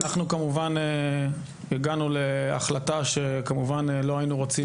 אנחנו כמובן הגענו להחלטה שכמובן לא היינו רוצים.